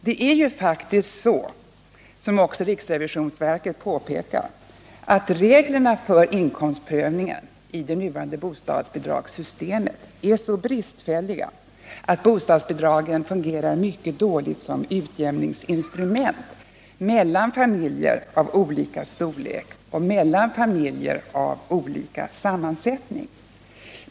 Det är faktiskt så, vilket också riksrevisionsverket påpekat, att reglerna för inkomstprövningen i det nuvarande bostadsbidragssystemet är så bristfälliga att bostadsbidragen fungerar mycket dåligt som utjämningsinstrument mellan familjer av olika storlek och mellan familjer av olika sammansättning.